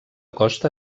costa